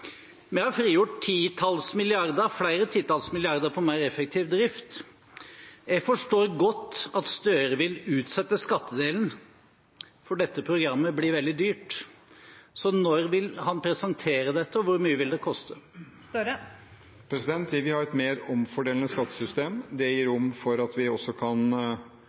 Vi har frigjort flere titalls milliarder på mer effektiv drift. Jeg forstår godt at Gahr Støre vil utsette skattedelen, for dette programmet blir veldig dyrt. Så når vil han presentere dette, og hvor mye vil det koste? Vi vil ha et mer omfordelende skattesystem. Det gir rom for at vi også kan